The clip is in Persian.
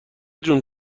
جون